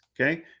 okay